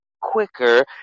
quicker